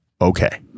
okay